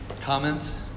Comments